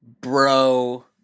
bro